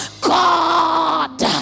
God